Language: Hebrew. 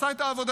עשה את העבודה.